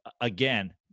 again